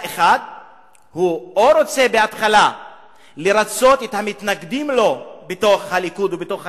או רוצה בהתחלה לרצות את המתנגדים לו בתוך הליכוד ובתוך הימין,